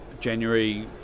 January